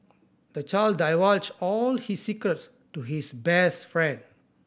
the child divulged all his secrets to his best friend